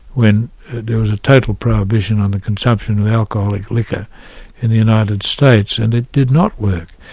when there was a total prohibition on the consumption of alcoholic liquor in the united states, and it did not work.